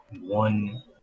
one